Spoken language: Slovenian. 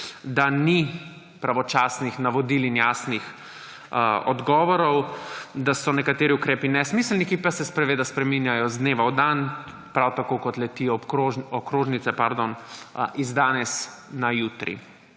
da ni pravočasnih navodil in jasnih odgovorov, da so nekateri ukrepi nesmiselni in se spreminjajo iz dneva v dan, prav tako kot letijo okrožnice z danes na jutri.